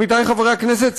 עמיתי חברי הכנסת,